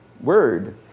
word